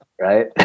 Right